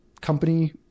company